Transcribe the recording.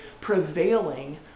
prevailing